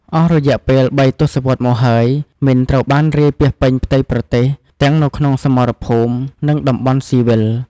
អស់រយៈពេលបីទស្សវត្សមកហើយ មីនត្រូវបានរាយពាសពេញផ្ទៃប្រទេស ទាំងនៅក្នុងសមរភូមិ និងតំបន់ស៊ីវិល។